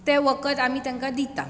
ते वखद आमी तांकां दितात